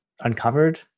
uncovered